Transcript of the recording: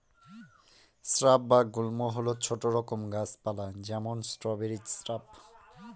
shrub বা গুল্ম হল ছোট রকম গাছ পালা যেমন স্ট্রবেরি শ্রাব